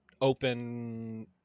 open